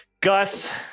gus